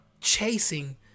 chasing